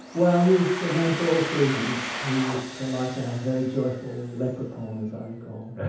well he's a man for all seasons. he was so like a very joyful leprechaun as i recall.